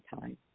time